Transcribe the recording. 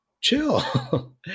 chill